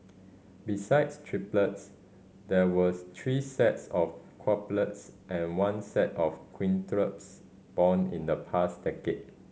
besides triplets there was three sets of and one set of born in the past decade